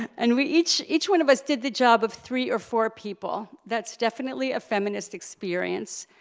and we each each one of us did the job of three or four people that's definitely a feminist experience,